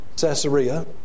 Caesarea